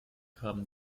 haben